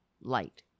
light